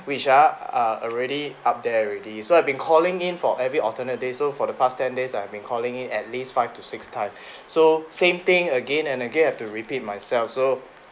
which are are already up there already so I've been calling in for every alternate day so for the past ten days I've been calling in at least five to six times so same thing again and again I had to repeat myself so